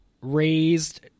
raised